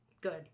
Good